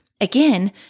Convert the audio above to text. Again